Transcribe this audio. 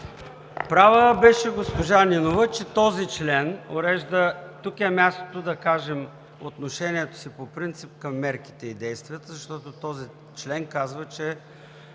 права беше госпожа Нинова, тук е мястото да кажем отношението си по принцип мерките и действията, защото този член казва, че